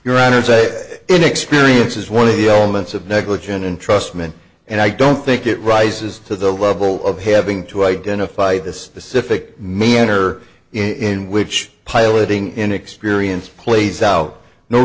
your honor say inexperience is one of the elements of negligent entrustment and i don't think it rises to the level of having to identify this pacific manner in which piloting inexperience plays out no